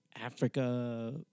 Africa